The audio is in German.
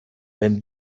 wenn